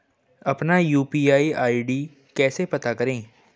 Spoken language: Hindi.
अपना यू.पी.आई आई.डी कैसे पता करें?